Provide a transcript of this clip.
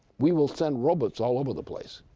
we will send robots all over the place,